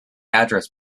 address